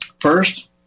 First